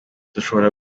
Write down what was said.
dushobora